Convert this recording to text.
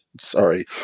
Sorry